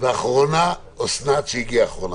ואחרונה אוסנת שהגיעה אחרונה.